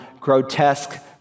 grotesque